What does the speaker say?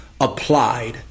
applied